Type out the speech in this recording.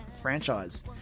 franchise